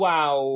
Wow